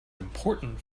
important